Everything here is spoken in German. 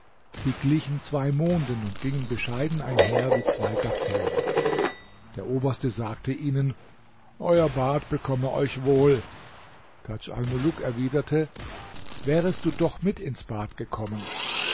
sie glichen zwei monden und gingen bescheiden einher wie zwei gazellen der oberste sagte ihnen euer bad bekomme euch wohl tadj almuluk erwiderte wärest du doch mit uns ins bad gekommen